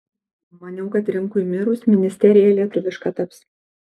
maniau kad rimkui mirus ministerija lietuviška taps